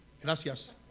Gracias